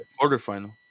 Quarterfinal